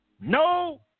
No